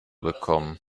bekommen